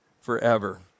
forever